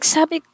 Sabi